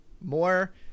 More